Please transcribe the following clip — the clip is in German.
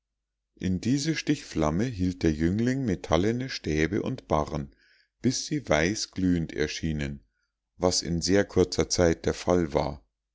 in diese stichflamme hielt der jüngling metallene stäbe und barren bis sie weißglühend erschienen was in sehr kurzer zeit der fall war